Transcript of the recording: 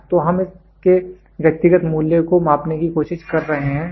तो हम इस के व्यक्तिगत मूल्यों को मापने की कोशिश कर रहे हैं ठीक है